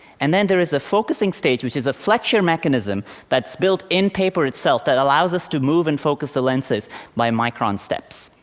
and then there is a focusing stage, which is a flexure mechanism that's built in paper itself that allows us to move and focus the lenses lenses by micron steps.